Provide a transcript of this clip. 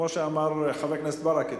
כמו שאמר חבר הכנסת ברכה,